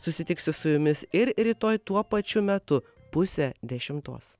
susitiksiu su jumis ir rytoj tuo pačiu metu pusę dešimtos